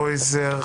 קרויזר.